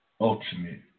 ultimate